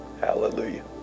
Hallelujah